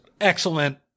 excellent